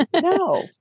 No